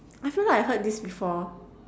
I feel like I've heard this before